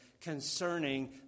concerning